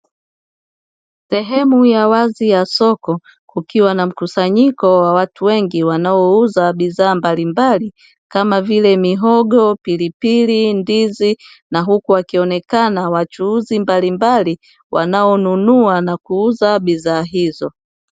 Sehemu ya wazi ya soko kukiwa na mkusanyiko wa watu wengi wanaouza bidhaa mbalimbali kama vile mihogo, pilipili, ndizi na huku wakionekana wachuuzi mbalimbali wanaonunua na kuuza bidhaa hizo.